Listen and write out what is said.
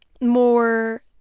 more